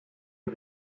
est